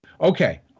Okay